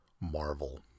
Marvel